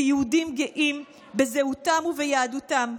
כיהודים גאים בזהותם וביהדותם.